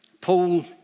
Paul